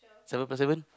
seven plus seven